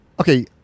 okay